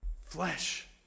flesh